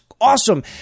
awesome